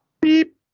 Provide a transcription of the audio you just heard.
Beep